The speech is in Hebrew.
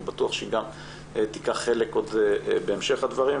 אני בטוח שהיא גם תיקח חלק בהמשך הדברים,